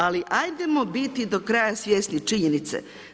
Ali ajdemo biti do kraja svjesni činjenice.